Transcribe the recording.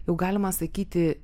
jau galima sakyti